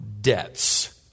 debts